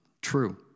True